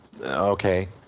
okay